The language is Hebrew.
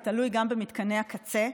זה תלוי גם במתקני הקצה,